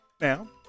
Now